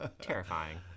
Terrifying